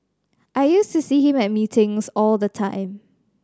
I used to see him at meetings all the time